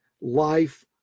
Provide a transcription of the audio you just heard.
life